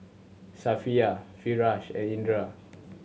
Safiya Firash and Indra